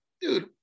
dude